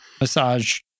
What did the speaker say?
massage